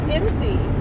empty